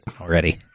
already